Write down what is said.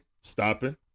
stopping